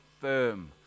firm